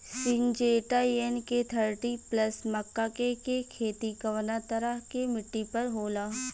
Syngenta NK thirty plus मक्का के के खेती कवना तरह के मिट्टी पर होला?